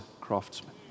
craftsman